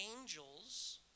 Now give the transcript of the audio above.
angels